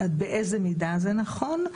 באיזו מידה זה נכון,